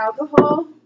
alcohol